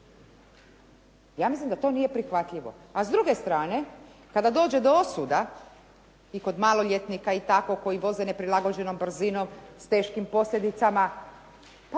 Ja mislim da to nije prihvatljivo. A s druge strane, kada dođe do osuda i kod maloljetnika i tako koji voze neprilagođenom brzinom s teškim posljedicama, pa